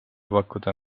pakkuda